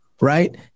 right